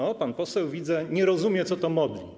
O, pan poseł, widzę, nie rozumie, co to Modlin.